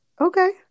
Okay